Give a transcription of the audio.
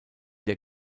der